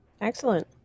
Excellent